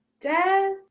Death